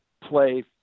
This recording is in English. play